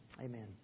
Amen